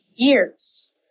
years